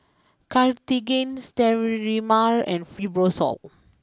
Cartigain Sterimar and Fibrosol